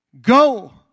Go